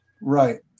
right